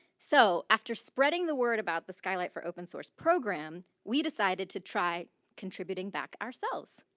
so after spreading the word about the skylight for open-source program, we decided to try contributing back ourselves.